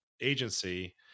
agency